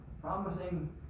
Promising